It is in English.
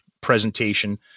presentation